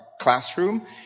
classroom